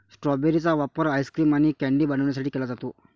strawberry चा वापर ice cream आणि कँडी बनवण्यासाठी केला जातो